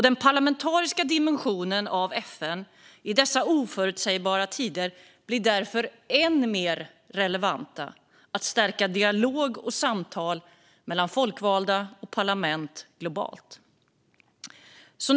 Den parlamentariska dimensionen av FN blir därför i dessa oförutsägbara tider än mer relevant. Det handlar om att globalt stärka dialog och samtal mellan folkvalda och parlament.